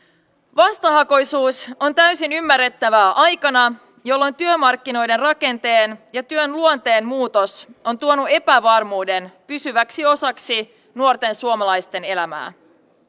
vastahakoisuus on täysin ymmärrettävää aikana jolloin työmarkkinoiden rakenteen ja työn luonteen muutos on tuonut epävarmuuden pysyväksi osaksi nuorten suomalaisten elämää